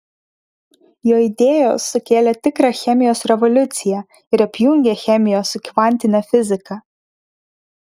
jo idėjos sukėlė tikrą chemijos revoliuciją ir apjungė chemiją su kvantine fiziką